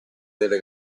delle